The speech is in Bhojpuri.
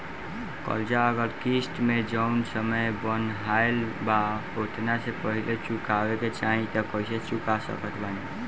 कर्जा अगर किश्त मे जऊन समय बनहाएल बा ओतना से पहिले चुकावे के चाहीं त कइसे चुका सकत बानी?